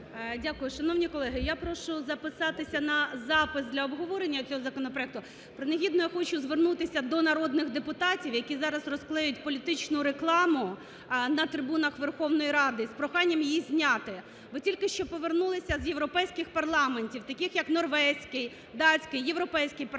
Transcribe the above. Дякую. Шановні колеги, я прошу записатися на запис для обговорення цього законопроекту. Принагідно, я хочу звернутися до народних депутатів, які зараз розклеюють політичну рекламу на трибунах Верховної Ради з проханням її зняти. Ми тільки що повернулися з європейських парламентів, таких як норвезький, датський, Європейський парламент